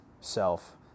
self